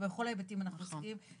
בכל ההיבטים אנחנו עוסקים.